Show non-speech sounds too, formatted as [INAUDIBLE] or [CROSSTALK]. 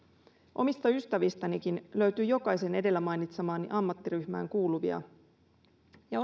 omista ystävistänikin löytyy jokaiseen edellä mainitsemaani ammattiryhmään kuuluvia ja [UNINTELLIGIBLE]